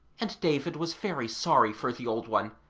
and david was very sorry for the old one,